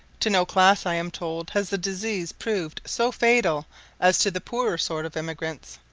to no class, i am told, has the disease proved so fatal as to the poorer sort of emigrants.